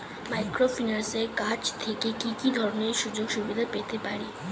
মাইক্রোফিন্যান্সের কাছ থেকে কি কি ধরনের সুযোগসুবিধা পেতে পারি?